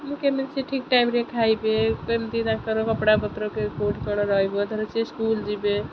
ମୁଁ କେମିତି ସିଏ ଠିକ୍ ଟାଇମ୍ରେ ଖାଇବେ କେମିତି ତାଙ୍କର କପଡ଼ା ପତ୍ର କେଉଁଠି କ'ଣ ରହିବ ଧର ସିଏ ସ୍କୁଲ୍ ଯିବେ